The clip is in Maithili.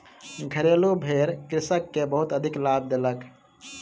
घरेलु भेड़ कृषक के बहुत अधिक लाभ देलक